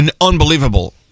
unbelievable